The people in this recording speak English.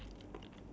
ya